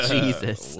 Jesus